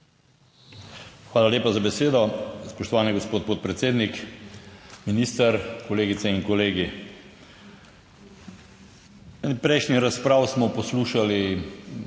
Hvala lepa za besedo, spoštovani gospod podpredsednik, minister, kolegice in kolegi. V eni prejšnjih razprav smo poslušali